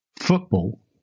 football